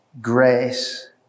grace